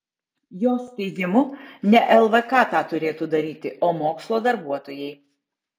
jos teigimu ne lvk tą turėtų daryti o mokslo darbuotojai